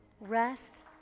Rest